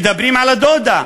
מדברים על הדודה,